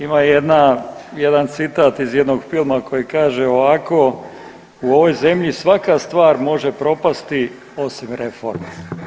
Ima jedan citat iz jednog filma koji kaže ovako, u ovoj zemlji svaka stvar može propasti, osim reforme.